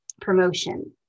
promotion